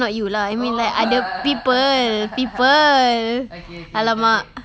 not you lah I mean like other people people !alamak!